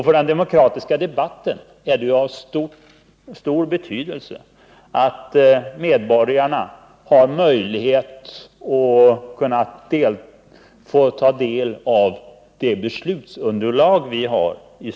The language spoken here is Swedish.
För den demokratiska debatten är det av stor betydelse att medborgarna i största möjliga utsträckning har möjlighet att ta del av det beslutsunderlag vi har.